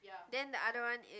then the other one in